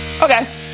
Okay